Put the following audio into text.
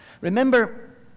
Remember